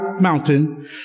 mountain